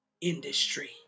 industry